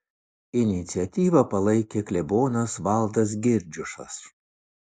iniciatyvą palaikė klebonas valdas girdziušas